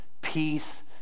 peace